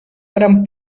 gran